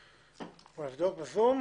הערות?